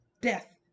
death